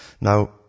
Now